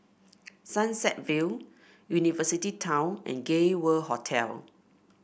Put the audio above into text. Sunset Vale University Town and Gay World Hotel